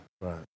Right